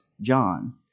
John